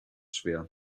schwer